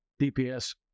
DPS